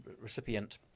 recipient